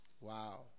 Wow